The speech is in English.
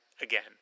again